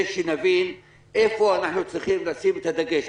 שנבין איפה אנחנו צריכים לשים את הדגש.